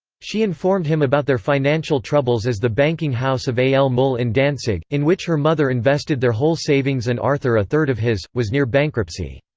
she informed him about their financial troubles as the banking house of a. l. muhl in danzig in which her mother invested their whole savings and arthur a third of his was near bankruptcy.